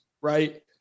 right